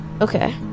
Okay